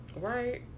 Right